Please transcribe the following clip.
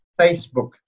Facebook